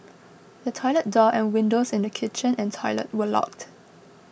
the toilet door and windows in the kitchen and toilet were locked